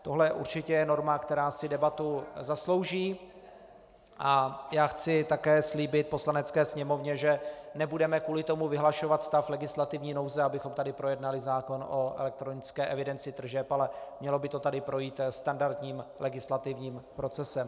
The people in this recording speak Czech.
Tohle je určitě norma, která si debatu zaslouží, a já chci také slíbit Poslanecké sněmovně, že nebudeme kvůli tomu vyhlašovat stav legislativní nouze, abychom tady projednali zákon o elektronické evidenci tržeb, ale mělo by to tady projít standardním legislativním procesem.